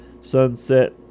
Sunset